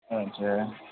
اچھا